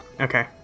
Okay